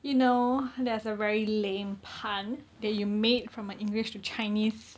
you know that's a very lame pun that you made from my english to chinese